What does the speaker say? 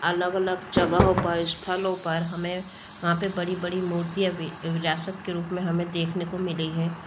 अलग अलग जगहों पर स्थलों पर हमें वहाँ पर बड़ी बड़ी मूर्तियां भी विरासत के रूप में हमें देखने को मिली है